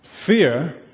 Fear